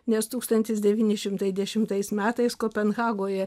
nes tūkstantis devyni šimtai dešimtais metais kopenhagoje